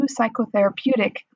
psychotherapeutic